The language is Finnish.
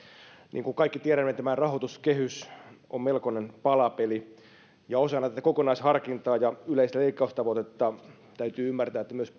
niin kuin kaikki tiedämme tämä rahoituskehys on melkoinen palapeli ja täytyy ymmärtää että osana kokonaisharkintaa ja yleistä leikkaustavoitetta myös